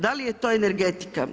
Da li je to energetika.